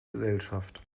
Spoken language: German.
gesellschaft